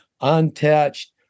untouched